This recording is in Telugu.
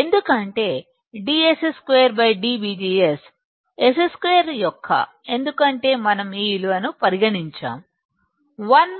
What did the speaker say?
ఎందుకంటేdS2 d VG S2 యొక్క ఎందుకంటే మనం ఈ విలువను పరిగణించాము 1 VGS Vp S